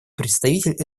представитель